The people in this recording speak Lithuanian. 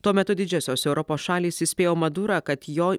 tuo metu didžiosios europos šalys įspėjo madurą kad jo